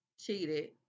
cheated